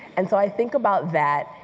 and so i think about that,